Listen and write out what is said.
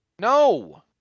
No